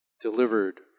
delivered